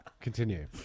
Continue